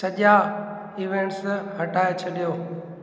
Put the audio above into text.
सॼा इवेंट्स हटाए छॾियो